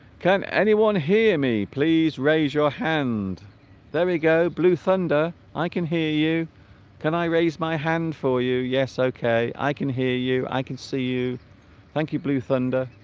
can anyone hear me please raise your hand there we go blue thunder i can hear you can i raise my hand for you yes okay i can hear you i can see you thank you blue thunder